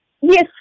Yes